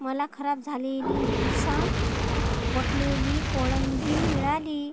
मला खराब झालेली विक्सा गोठलेली कोळंबी मिळाली